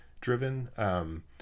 driven